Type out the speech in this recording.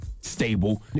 stable